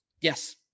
yes